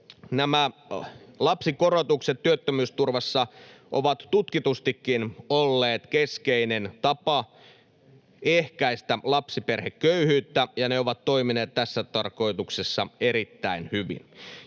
Lapsikorotukset työttömyysturvassa ovat tutkitustikin olleet keskeinen tapa ehkäistä lapsiperheköyhyyttä, ja ne ovat toimineet tässä tarkoituksessa erittäin hyvin.